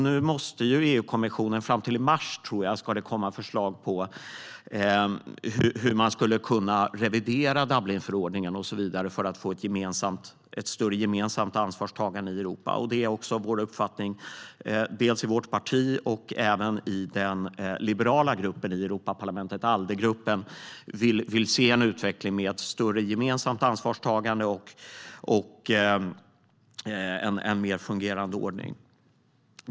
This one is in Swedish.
Nu måste EU-kommissionen arbeta med detta fram till i mars, då jag tror att det ska komma förslag på hur man skulle kunna revidera Dublinförordningen och så vidare för att få ett större gemensamt ansvarstagande i Europa. I vårt parti och i den liberala gruppen i Europaparlamentet, Aldegruppen, vill vi se en utveckling med ett större gemensamt ansvarstagande och en mer fungerande ordning.